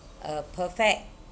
a perfect